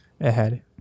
ahead